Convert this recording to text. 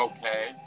Okay